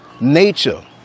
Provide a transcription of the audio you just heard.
nature